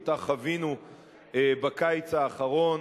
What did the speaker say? שאותה חווינו בקיץ האחרון.